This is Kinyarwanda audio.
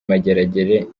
mageragere